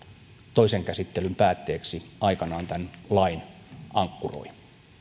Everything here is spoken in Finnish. toisen käsittelyn päätteeksi aikanaan tämän lain ankkuroi